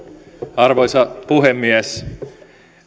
arvoisa puhemies